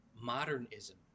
Modernism